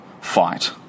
fight